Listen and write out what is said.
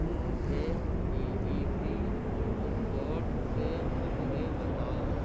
مجھے B B C sports سے خبریں بتاؤ